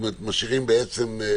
כלומר אנחנו משאירים ואקום.